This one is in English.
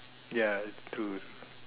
ya true